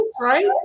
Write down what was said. right